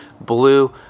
blue